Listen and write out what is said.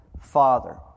Father